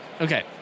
Okay